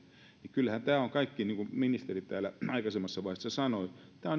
kyllähän tämä on kaikki niin kuin ministeri täällä aikaisemmassa vaiheessa sanoi